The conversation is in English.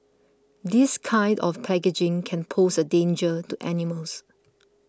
this kind of packaging can pose a danger to animals